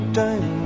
time